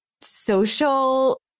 social